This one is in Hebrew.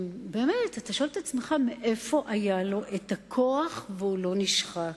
אתה שואל את עצמך מאיפה היה לו הכוח והוא לא נשחק.